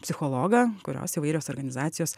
psichologą kurios įvairios organizacijos